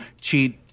cheat